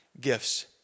gifts